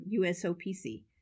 USOPC